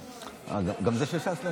2023,